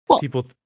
People